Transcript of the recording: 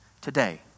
today